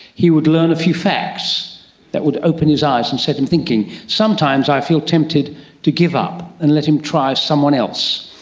he would learn a few facts that would open his eyes and set him thinking. sometimes i feel tempted to give up and let him try someone else,